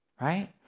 Right